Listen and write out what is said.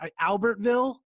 albertville